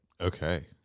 Okay